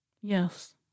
Yes